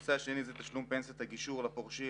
הנושא השני זה תשלום פנסיית הגישור לפורשים